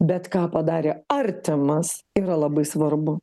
bet ką padarė artimas yra labai svarbu